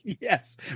Yes